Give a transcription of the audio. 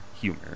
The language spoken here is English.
humor